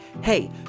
Hey